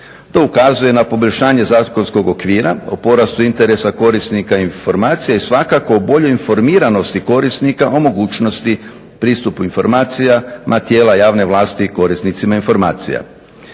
To ukazuje na poboljšanje zakonskog okvira, o porastu interesa korisnika informacija i svakako bolje informiranosti korisnika o mogućnosti pristupu informacijama tijela javne vlasti korisnicima informacija.